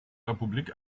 republik